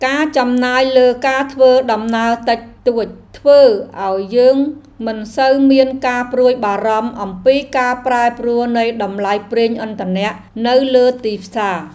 ការចំណាយលើការធ្វើដំណើរតិចតួច ធ្វើឱ្យយើងមិនសូវមានការព្រួយបារម្ភអំពីការប្រែប្រួលនៃតម្លៃប្រេងឥន្ធនៈនៅលើទីផ្សារ។